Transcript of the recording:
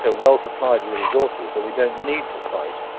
ah well supplied with the resources that we don't need to fight.